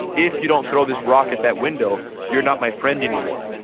if you don't throw this rock at that window, you're not my friend anymore.